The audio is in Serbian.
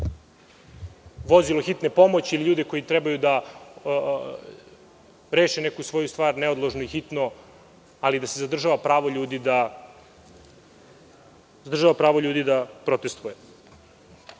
vozilo hitne pomoći i ljude koji trebaju da reše svoju stvar neodložno i hitno, ali da se zadržava pravo ljudi da protestuju. Vi